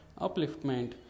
Upliftment